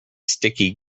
sticky